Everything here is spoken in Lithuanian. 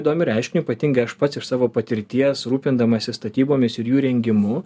įdomiu reiškiniu ypatingai aš pats iš savo patirties rūpindamasis statybomis ir jų įrengimu